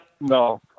no